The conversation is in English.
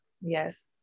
yes